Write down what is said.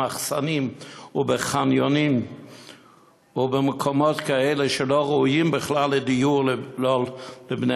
במחסנים ובחניונים ובמקומות כאלה שבכלל לא ראויים לדיור לבני-אדם,